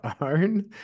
own